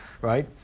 Right